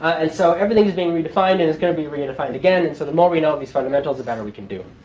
and so everything is being redefined, and it's going to be redefined again. and so the more we know these fundamentals, the better we can do.